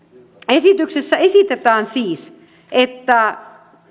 esityksessä esitetään siis että